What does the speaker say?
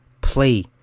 play